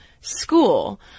school